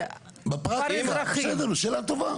שאלה טובה.